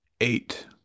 eight